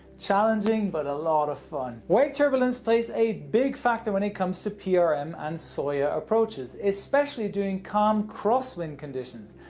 challenging, but a lot of fun. wake turbulence plays a big factor when it comes to prm um and soia approaches, especially during calm crosswind conditions.